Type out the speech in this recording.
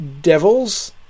devils